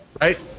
right